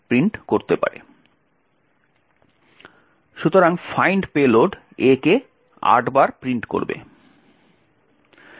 সুতরাং find payload A কে 8 বার প্রিন্ট করবে